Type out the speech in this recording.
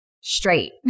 straight